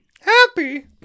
Happy